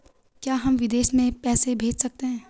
क्या हम विदेश में पैसे भेज सकते हैं?